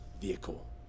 vehicle